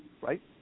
Right